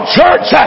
church